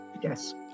yes